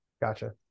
Gotcha